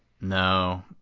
No